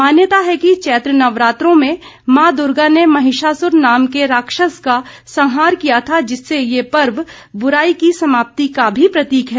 मान्यता है कि चैत्र नवरात्रों में माँ दुर्गा ने महिषासुर नाम के राक्षस का संहार किया था जिससे ये पर्व बुराई की समाप्ति का भी प्रतीक है